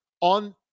on